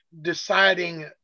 deciding